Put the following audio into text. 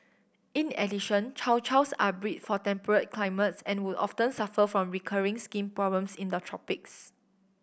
in addition Chow Chows are bred for temperate climates and would often suffer from recurring skin problems in the tropics